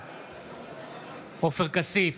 בעד עופר כסיף,